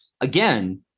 again